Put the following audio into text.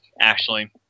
Ashley